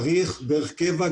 צריך דרך קבע,